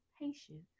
Patience